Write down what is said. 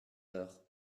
heures